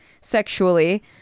sexually